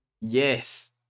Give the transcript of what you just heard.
Yes